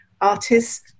artists